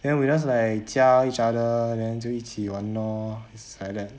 then we just like 加 each other then 就一起玩 lor like that